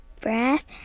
breath